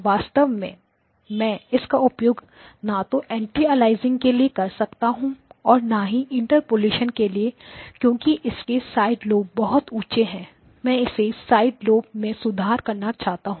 वास्तव में मैं इसका उपयोग ना तो एंटी अलियासिंग के लिए कर सकता हूं और ना ही इंटरपोलेशन के लिए क्योंकि इसके साइड लोब बहुत ऊँचे हैं मैं इस साइड लोब में सुधार करना चाहता हूं